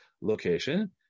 location